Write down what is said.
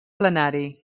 plenari